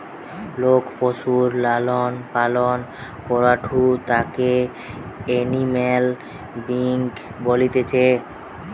লোক পশুর লালন পালন করাঢু তাকে এনিম্যাল ব্রিডিং বলতিছে